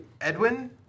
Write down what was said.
Edwin